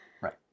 Right